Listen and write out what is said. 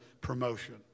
promotion